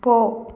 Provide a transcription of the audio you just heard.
போ